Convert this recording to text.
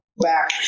back